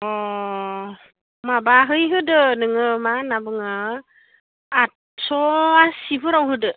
अ माबाहै होदो नोङो मा होनना बुङो आदस' आसिफोराव होदो